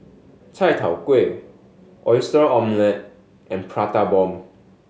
chai tow kway Oyster Omelette and Prata Bomb